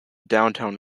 downtown